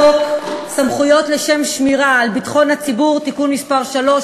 לשם שמירה על ביטחון הציבור (תיקון מס' 3),